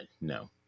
no